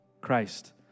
Christ